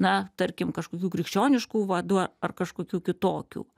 na tarkim kažkokių krikščioniškų vaduo ar kažkokių kitokių